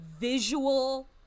visual